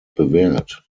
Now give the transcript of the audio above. bewährt